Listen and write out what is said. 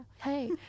Hey